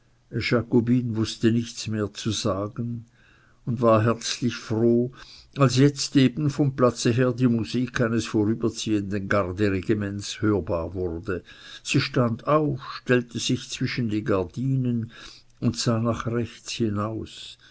wußte nichts mehr zu sagen und war herzlich froh als eben jetzt vom platze her die musik eines vorüberziehenden garderegiments hörbar wurde sie stand auf stellte sich zwischen die gardinen und sah nach rechts hinaus